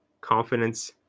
confidence